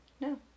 no